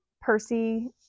Percy